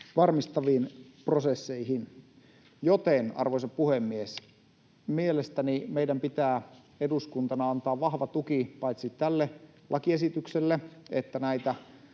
varmistaviin prosesseihin. Joten, arvoisa puhemies, mielestäni meidän pitää eduskuntana antaa vahva tuki paitsi tälle lakiesitykselle, että näitä